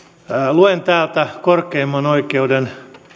luen täältä korkeimman oikeuden